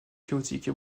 chaotique